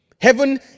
Heaven